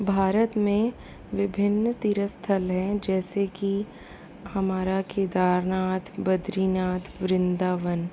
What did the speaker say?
भारत में विभिन्न तीर्थ स्थल हैं जैसे कि हमारा केदारनाथ बद्रीनाथ वृंदावन